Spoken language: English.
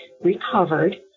recovered